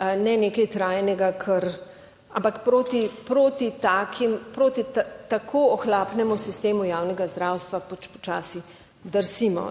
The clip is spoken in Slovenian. ne nekaj trajnega. Ampak proti takim, proti tako ohlapnemu sistemu javnega zdravstva pa počasi drsimo